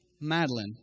Madeline